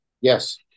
Yes